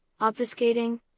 obfuscating